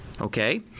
okay